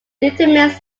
determines